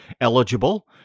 eligible